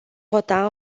vota